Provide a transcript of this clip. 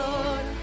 Lord